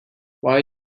why